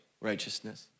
righteousness